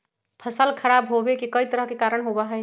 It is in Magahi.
फसल खराब होवे के कई तरह के कारण होबा हई